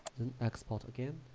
and export again